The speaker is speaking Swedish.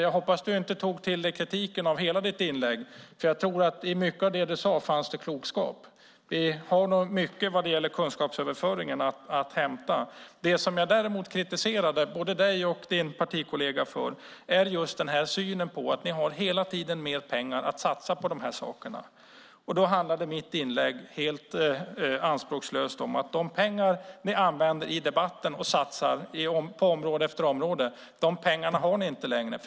Jag hoppas att du inte tog det som kritik av hela ditt inlägg. I mycket av det du sade fanns det klokskap. Vi har mycket att hämta när det gäller kunskapsöverföringen. Det jag däremot kritiserade både dig och din partikollega för är att ni har synen att ni hela tiden har mer pengar att satsa på dessa saker. Mitt inlägg handlade helt anspråkslöst om att de pengar som ni använder i debatten och satsar på område efter område har ni inte längre.